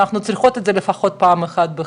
אנחנו צריכות את זה לפחות פעם אחת בחיים,